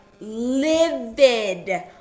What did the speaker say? livid